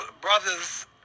brothers